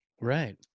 Right